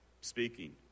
speaking